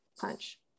punch